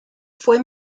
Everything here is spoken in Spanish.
fue